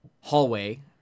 hallway